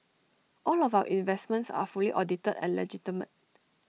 all of our investments are fully audited and legitimate